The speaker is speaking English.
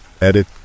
Edit